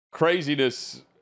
Craziness